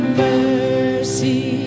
mercy